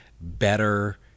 better